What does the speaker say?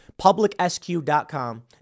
PublicSQ.com